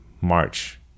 March